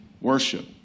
worship